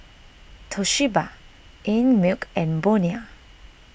Toshiba Einmilk and Bonia